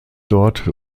dort